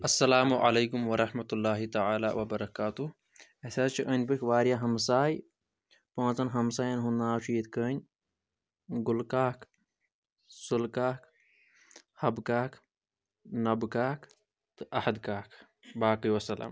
اَلسَلامُ عَلیکُم وَرحمَتہ اللہِ تعالیٰ وَبَرَکاتہ اسہِ حظ چھُ ٲنٛدۍ پٔکۍ واریاہ ہمساے پانٛژَن ہمسایَن ہُنٛد ناو چھُ یتھ کَنۍ گُلہٕ کاک سُلہٕ کاک حَبہٕ کاک نَبہٕ کاک تہٕ عَہد کاک باقٕے وَسَلام